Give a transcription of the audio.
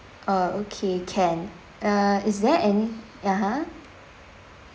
uh okay can uh is there any (uh huh)